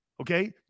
Okay